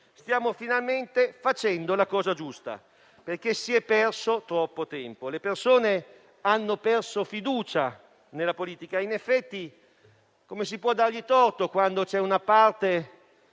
Stiamo finalmente facendo la cosa giusta, perché si è perso troppo tempo. Le persone hanno perso fiducia nella politica; in effetti come si può dar loro torto, quando c'è una parte